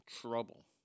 Trouble